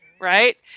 right